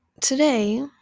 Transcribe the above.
Today